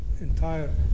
entire